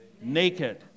naked